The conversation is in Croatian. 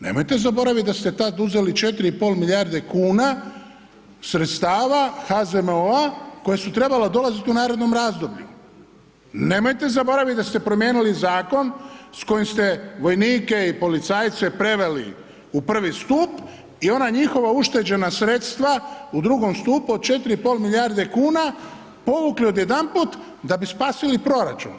Nemojte zaboraviti da ste tad uzeli 4 i pol milijarde kuna sredstava HZMO-a koja su trebala dolazit u narednom razdoblju, nemojte zaboravit da ste promijenili zakon s kojim ste vojnike i policajce preveli u prvi stup i ona njihova ušteđena sredstva u drugom stupu od 4,5 milijarde kuna povukli odjedanput da bi spasili proračun.